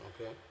Okay